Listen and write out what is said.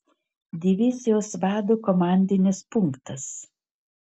divizijos vado komandinis punktas